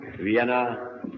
Vienna